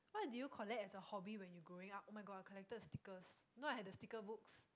what do you collect as a hobby when you growing up [oh]-my-god I collected stickers you know I had the sticker books